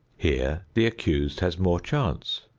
here the accused has more chance.